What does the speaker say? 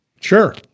Sure